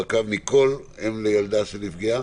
לניקול, אם לילדה שנפגעה.